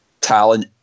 talent